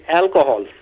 alcohol